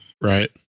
right